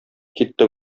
китте